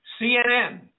CNN